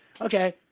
Okay